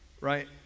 right